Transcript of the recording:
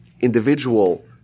individual